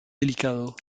delicado